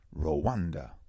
Rwanda